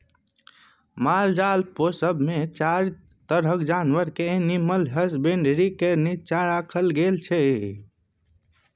मालजाल पोसब मे चारि तरहक जानबर केँ एनिमल हसबेंडरी केर नीच्चाँ राखल गेल छै